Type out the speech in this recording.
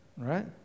Right